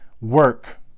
work